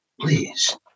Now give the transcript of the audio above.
please